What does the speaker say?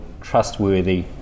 trustworthy